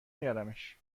میارمش